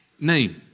name